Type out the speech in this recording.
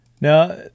Now